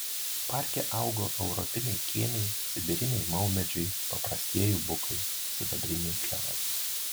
parke augo europiniai kėniai sibiriniai maumedžiai paprastieji bukai sidabriniai klevai